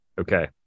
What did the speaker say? Okay